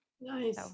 Nice